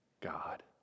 God